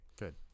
Good